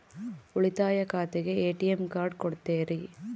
ಉಳಿತಾಯ ಖಾತೆಗೆ ATM card ಕೊಡ್ತೇರಿ?